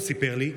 הוא סיפר לי,